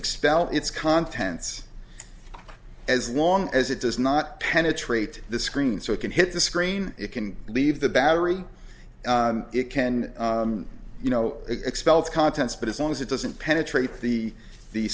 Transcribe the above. expel its contents as long as it does not penetrate the screen so it can hit the screen it can leave the battery it can you know expel its contents but as long as it doesn't penetrate the the